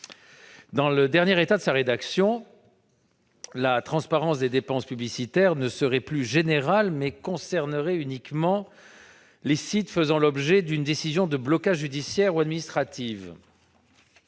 Dans le dernier état de sa rédaction, la transparence des dépenses publicitaires ne serait plus générale, mais concernerait uniquement les sites faisant l'objet d'une décision de blocage judiciaire ou administrative.